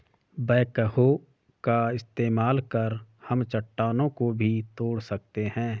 backhoe का इस्तेमाल कर हम चट्टानों को भी तोड़ सकते हैं